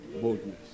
Boldness